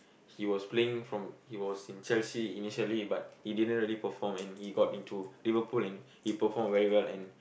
he was playing from he was in Chelsea initially but he didn't really perform and he got into Liverpool and he perform very well and